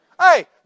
Hey